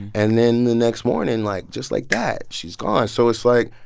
and then the next morning, like, just like that, she's gone. so it's like,